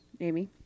Amy